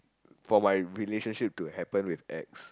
for my relationship to happen with ex